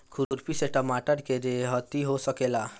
खुरपी से टमाटर के रहेती हो सकेला?